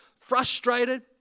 frustrated